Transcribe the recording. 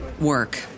work